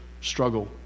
struggle